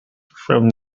from